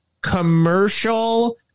commercial